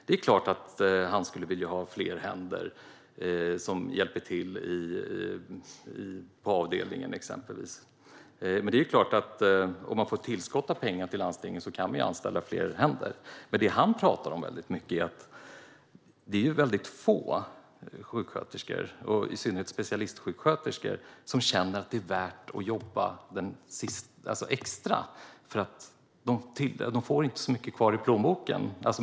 Det är klart att han skulle vilja ha fler händer som hjälpte till på avdelningen, och om landstingen får ett tillskott av pengar kan vi anställa fler händer. Men det han talar om är att det är väldigt få sjuksköterskor, i synnerhet specialistsjuksköterskor, som känner att det är värt att jobba extra, för de får inte så mycket kvar i plånboken.